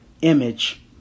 image